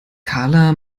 karla